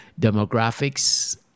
demographics